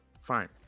Fine